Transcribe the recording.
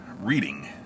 reading